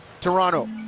Toronto